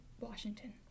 Washington